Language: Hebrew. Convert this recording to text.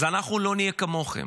אז אנחנו לא נהיה כמוכם.